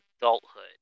adulthood